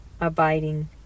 abiding